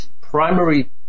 primary